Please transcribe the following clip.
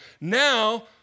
now